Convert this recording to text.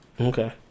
Okay